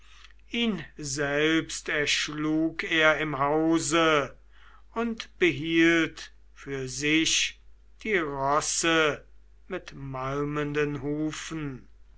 ihn selbst erschlug er im hause und behielt für sich die rosse mit malmenden hufen